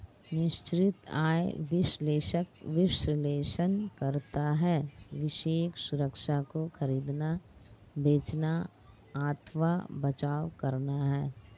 निश्चित आय विश्लेषक विश्लेषण करता है विशेष सुरक्षा को खरीदना, बेचना अथवा बचाव करना है